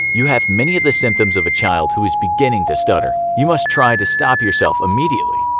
you have many of the symptoms of a child who is beginning to stutter. you must try to stop yourself immediately.